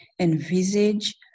envisage